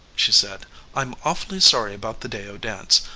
she said i'm awfully sorry about the deyo dance.